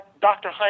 Dr